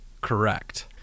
Correct